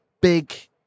big